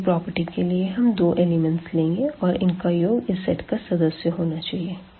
पहली प्रॉपर्टी के लिए हम दो एलिमेंट्स लेंगे और इनका योग इस सेट का सदस्य होना चाहिए